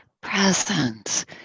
presence